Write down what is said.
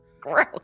Gross